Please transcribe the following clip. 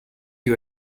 you